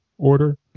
order